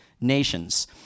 nations